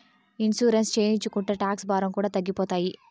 insurance చేయించుకుంటే tax భారం కూడా తగ్గిపోతాయి